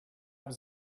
was